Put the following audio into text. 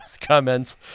comments